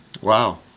wow